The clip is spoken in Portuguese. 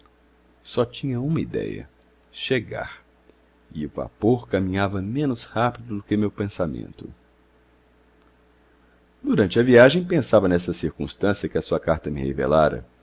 só tinha uma idéia chegar e o vapor caminhava menos rápido do que meu pensamento durante a viagem pensava nessa circunstância que a sua carta me revelara